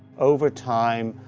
over time,